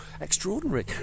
Extraordinary